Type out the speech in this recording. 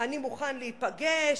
אני מוכן להיפגש